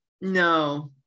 no